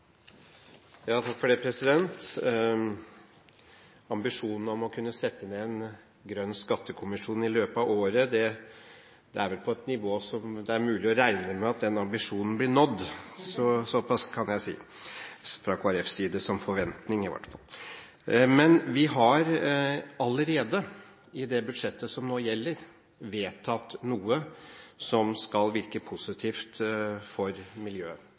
Ambisjonen om å kunne sette ned en grønn skattekommisjon i løpet av året er vel på et slikt nivå at det er mulig å regne med at den ambisjonen blir nådd – såpass kan jeg si fra Kristelig Folkepartis side, i hvert fall som forventning. Men vi har allerede i det budsjettet som nå gjelder, vedtatt noe som skal virke positivt for miljøet,